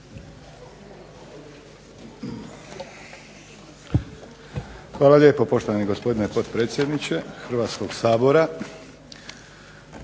Hvala lijepo. Poštovani gospodine potpredsjedniče Hrvatskog sabora.